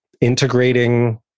integrating